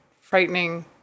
frightening